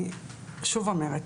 אני שוב אומרת,